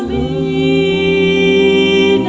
e